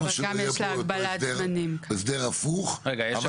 למה שלא יהיה פה הסדר הפוך, אבל